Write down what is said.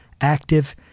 active